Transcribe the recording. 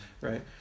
right